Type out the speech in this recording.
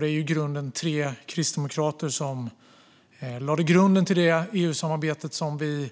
Det var tre kristdemokrater som lade grunden till det EU-samarbete som vi